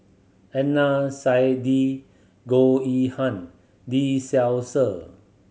Adnan Saidi Goh Yihan Lee Seow Ser